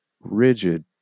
rigid